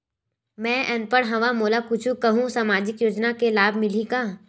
मैं अनपढ़ हाव मोला कुछ कहूं सामाजिक योजना के लाभ मिलही का?